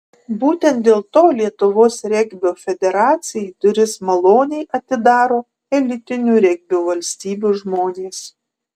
būtent dėl to lietuvos regbio federacijai duris maloniai atidaro elitinių regbio valstybių žmonės